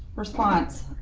response,